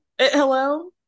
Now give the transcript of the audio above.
Hello